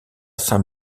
saint